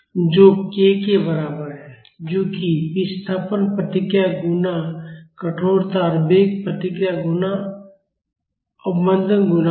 जो k के बराबर है जो कि विस्थापन प्रतिक्रिया गुणा कठोरता और वेग प्रतिक्रिया गुना अवमंदन गुणांक है